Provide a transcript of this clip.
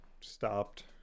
stopped